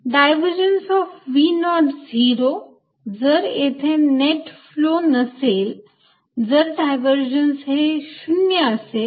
divergence of v not zero जर तेथे net flow नसेल तर v डायव्हर्जन्स हे 0 असेल